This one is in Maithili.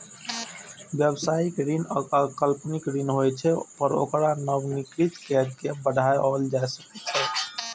व्यावसायिक ऋण अल्पकालिक होइ छै, पर ओकरा नवीनीकृत कैर के बढ़ाओल जा सकै छै